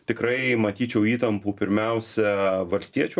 tikrai matyčiau įtampų pirmiausia valstiečių